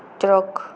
truck